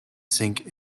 sink